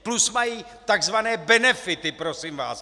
Plus mají tzv. benefity, prosím vás.